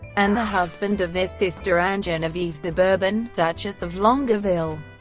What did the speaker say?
and the husband of their sister anne genevieve de bourbon, duchess of longueville.